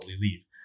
leave